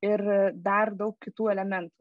ir dar daug kitų elementų